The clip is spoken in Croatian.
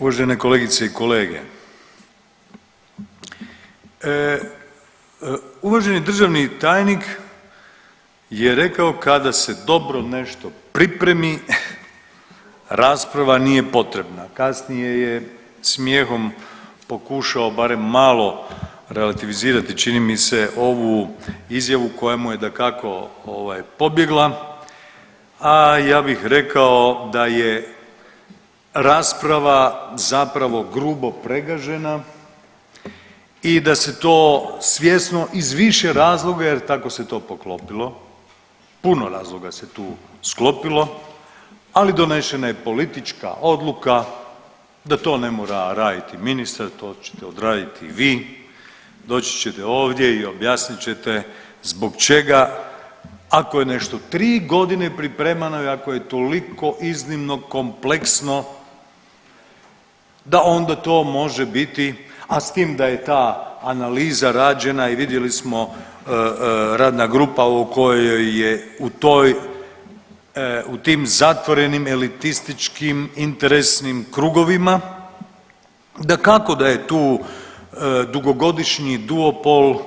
Uvažene kolegice i kolege, uvaženi državni tajnik je rekao kada se dobro nešto pripremi rasprava nije potrebna, kasnije je smijehom pokušao barem malo relativizirati čini mi se ovu izjavu koja mu je dakako ovaj pobjegla, a ja bih rekao da je rasprava zapravo grubo pregažena i da se to svjesno iz više razloga jer tako se to poklopilo, puno razloga se tu sklopilo, ali donešena je politička odluka da to ne mora raditi ministar to ćete odraditi vi, doći ćete ovdje i objasnit ćete zbog čega ako je nešto 3 godine pripremano i ako je toliko iznimno kompleksno da onda to može biti, a s tim da je ta analiza rađena i vidjeli smo radna grupa o kojoj je u toj, u tim zatvorenim elitističkim interesnim krugovima, dakako da je tu dugogodišnji duopol